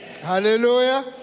Hallelujah